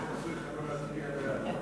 חוק פיקוח אלקטרוני על משוחררים בערובה